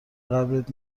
قبرت